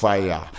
Fire